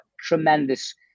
tremendous